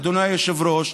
אדוני היושב-ראש,